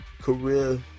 career